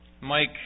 Mike